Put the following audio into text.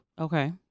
Okay